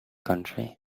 country